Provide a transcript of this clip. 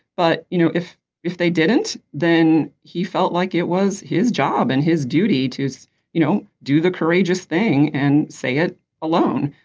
but you know if if they didn't then he felt like it was his job and his duty to so you know do the courageous thing and say it alone.